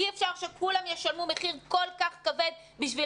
אי אפשר שכולם ישלמו מחיר כל כך כבד בשביל